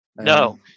No